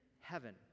heaven